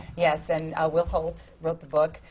yes. and will holt wrote the book.